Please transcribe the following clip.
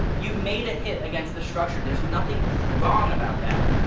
you've made a hit against the structure. there's nothing wrong about that.